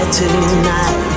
tonight